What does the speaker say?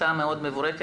הצעה מאוד מבורכת.